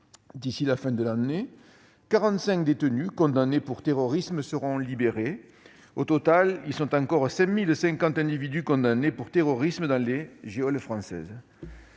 d'ici à la fin de l'année, 45 détenus condamnés pour terrorisme seront libérés. Au total, on compte encore 5 050 individus condamnés pour terrorisme dans les geôles françaises.